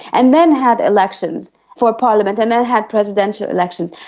and then had elections for parliament and then had presidential elections.